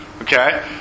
Okay